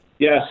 Yes